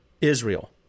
Israel